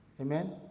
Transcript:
Amen